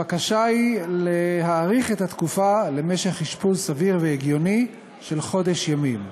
הבקשה היא להאריך את התקופה למשך אשפוז סביר והגיוני של חודש ימים.